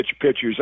pitchers